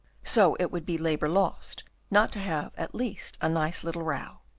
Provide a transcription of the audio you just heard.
so it would be labour lost not to have at least a nice little row.